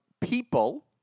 people